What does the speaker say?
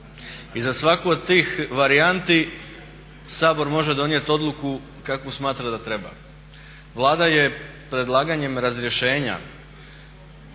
I za svaku od tih varijanti Sabor može donijet odluku kakvu smatra da treba. Vlada je predlaganjem razrješenja